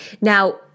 Now